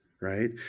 right